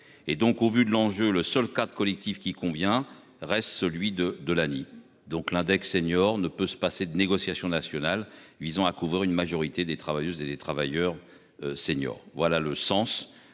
au vu de l'enjeu. Le seul cas collectif qui convient reste celui de de l'année, donc l'index senior ne peut se passer de négociation nationale visant à couvrir une majorité des travailleuses et des travailleurs. Seniors. Voilà le sens